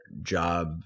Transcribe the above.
job